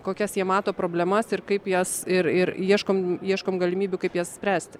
kokias jie mato problemas ir kaip jas ir ir ieškom ieškom galimybių kaip jas spręsti